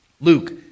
Luke